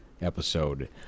episode